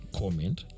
comment